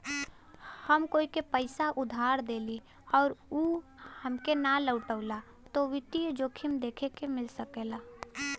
हम कोई के पइसा उधार देली आउर उ हमके ना लउटावला त वित्तीय जोखिम देखे के मिल सकला